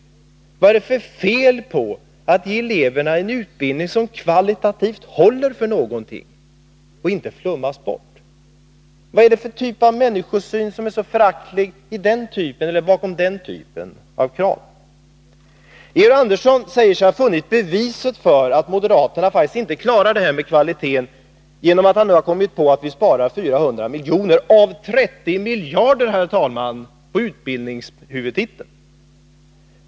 Vad är det för fel på att ge eleverna en utbildning som kvalitativt håller för något och inte flummas bort? Vad är det för människosyn bakom den typen av krav som är så föraktlig? Georg Andersson säger sig ha funnit beviset för att moderaterna faktiskt inte klarar att upprätthålla kvaliteten, genom att han nu har kommit på att vi sparar 400 miljoner — av 30 miljarder, herr talman — på utbildningshuvudtiteln?